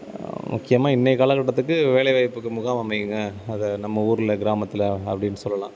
முக்கியமாக இன்றைய காலக்கட்டத்துக்கு வேலைவாய்ப்புக்கு முகாம் அமைங்க அதை நம்ம ஊரில் கிராமத்தில் அப்படின்னு சொல்லலாம்